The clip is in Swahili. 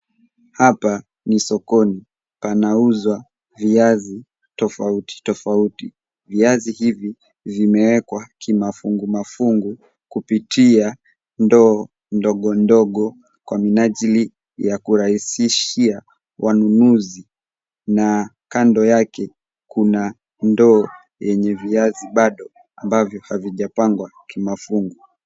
Hapa ni sokoni. Panauzwa viazi tofauti tofauti. Viazi hivi vimeekwa kimafungumafungu kupitia ndoo ndogondogo kwa minajili ya kurahisishia wanunuzi na kando yake kuna ndoo yenye viazi ambavyo havijapangwa kimafungu.